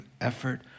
effort